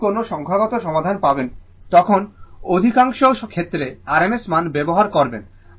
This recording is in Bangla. যখনই কোন সংখ্যাগত সমাধান পাবেন তখন অধিকাংশ ক্ষেত্রে rms মান ব্যবহার করবেন